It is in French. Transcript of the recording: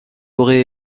aurait